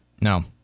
No